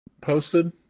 posted